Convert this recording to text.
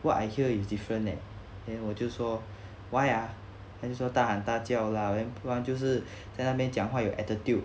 what I hear is different leh then 我就说 why ah then 他说大喊大叫 then 不然就是在那边讲话有 attitude